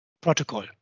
protocol